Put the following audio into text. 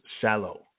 shallow